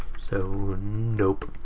so nope!